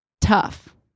tough